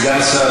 סגן השר,